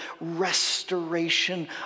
restoration